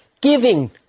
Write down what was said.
Giving